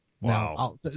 Wow